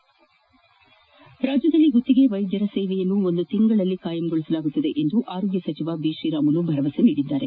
ು ರಾಜ್ಯದಲ್ಲಿ ಗುತ್ತಿಗೆ ವೈದ್ಯರ ಸೇವೆಯನ್ನು ಒಂದು ತಿಂಗಳೊಳಗೆ ಖಾಯಂಗೊಳಿಸಲಾಗುವುದು ಎಂದು ಆರೋಗ್ಯ ಸಚಿವ ಶ್ರೀರಾಮುಲು ಭರವಸೆ ನೀಡಿದ್ದಾರೆ